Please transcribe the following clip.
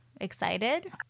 Excited